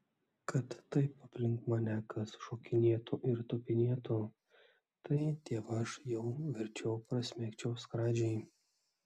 kad taip aplink mane kas šokinėtų ir tupinėtų tai dievaž jau verčiau prasmegčiau skradžiai